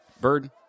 bird